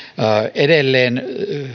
edelleen